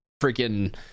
freaking